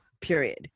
period